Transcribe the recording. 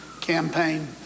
campaign